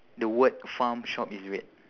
the word farm shop is red